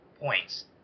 Points